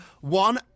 one